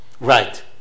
Right